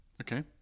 Okay